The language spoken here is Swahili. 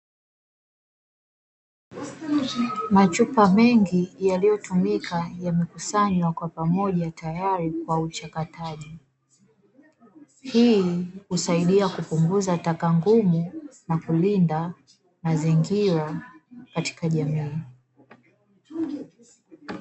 Machupa mengi yaliyotumika yamekusanywa pamoja tayari kwa uchakataji. Hii husaidia kupunguza taka ngumu na kulinda mazingira katika jamii.